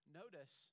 notice